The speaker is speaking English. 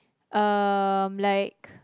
um like